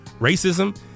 racism